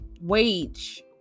WAGE